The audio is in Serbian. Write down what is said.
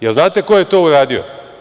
Da li znate ko je to uradio?